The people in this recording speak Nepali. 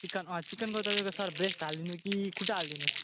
चिकन अँ चिकनको तपाईँको सर ब्रेस्ट हालिदिनु कि खुट्टा हालिदिनु